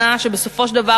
שפיר.